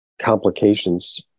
complications